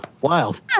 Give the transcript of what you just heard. Wild